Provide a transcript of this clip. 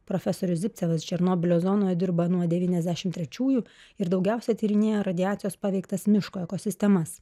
profesorius zipcevas černobylio zonoje dirba nuo devyniasdešimt trečiųjų ir daugiausia tyrinėja radiacijos paveiktas miško ekosistemas